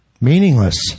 Meaningless